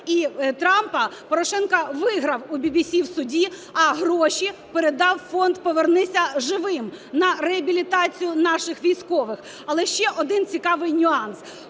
і Трампа, Порошенко виграв у ВВС в суді, а гроші передав у Фонд "Повернися живим" на реабілітацію наших військових. Але ще один цікавий нюанс.